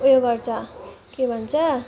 उयो गर्छ के भन्छ